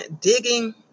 digging